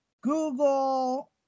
Google